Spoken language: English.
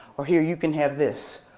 or here, you can have this,